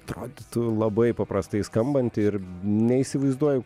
atrodytų labai paprastai skambanti ir neįsivaizduoju